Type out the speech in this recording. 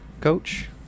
Coach